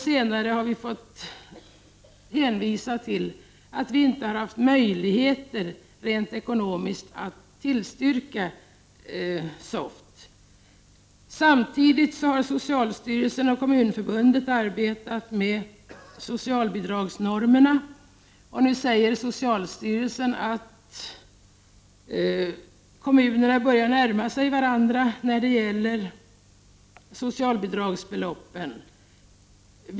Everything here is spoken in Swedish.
Senare har vi dock fått hänvisa till att vi inte har haft möjligheter rent ekonomiskt att tillstyrka införande av SOFT. Samtidigt har socialstyrelsen och Kommunförbundet arbetat med socialbidragsnormerna. Socialstyrelsen säger nu att kommunerna börjar närma sig varandra när det gäller socialbidragsbeloppen.